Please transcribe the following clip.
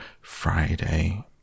Friday